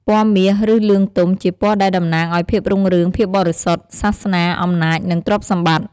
ពណ៌មាស ឬ លឿងទុំ ជាពណ៌ដែលតំណាងឱ្យ ភាពរុងរឿង ភាពបរិសុទ្ធ (សាសនា) អំណាច និង ទ្រព្យសម្បត្តិ។